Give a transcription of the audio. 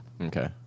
Okay